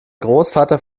großvater